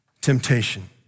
temptation